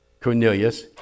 Cornelius